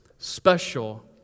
special